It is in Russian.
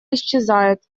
исчезает